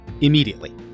Immediately